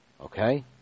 okay